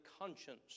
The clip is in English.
conscience